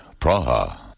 Praha